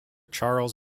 charles